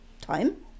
time